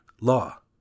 law